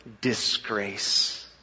disgrace